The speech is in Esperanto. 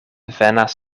venas